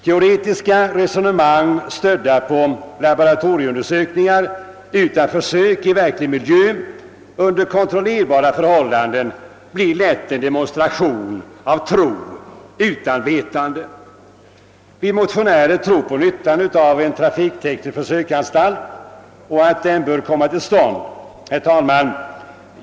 Teoretiska resonemang, stödda på laboratorieundersökningar utan försök i verklig miljö under kontrollerbara förhållanden, blir lätt en demonstration av tro utan vetande. Vi motionärer tror på nyttan av en trafikteknisk försöksanstalt och anser att den bör komma till stånd. Herr talman!